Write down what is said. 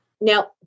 Now